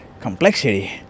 complexity